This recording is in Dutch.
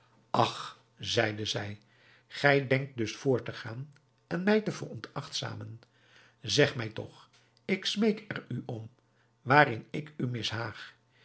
ach zeide zij gij denkt dus voort te gaan en mij te veronachtzamen zeg mij toch ik smeek er u om waarin ik u